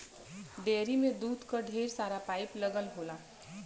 dairy में दूध क ढेर सारा पाइप लगल होला